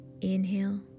Inhale